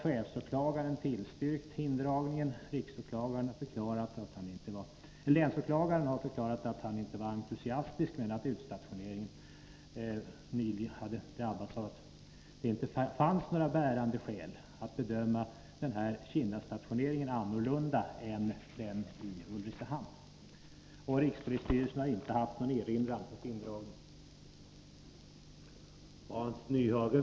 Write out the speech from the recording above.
Chefsåklagaren har tillstyrkt indragningen. Länsåklagaren har förklarat att han inte var entusiastisk men att det inte fanns några bärande skäl att bedöma utstationeringen i Kinna annorlunda än den i Ulricehamn. Rikspolisstyrelsen har inte haft någon erinran mot indragningen.